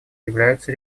являются